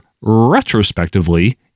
retrospectively